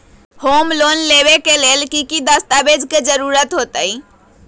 Home loan लेबे खातिर की की दस्तावेज के जरूरत होतई?